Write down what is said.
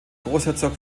großherzog